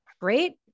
great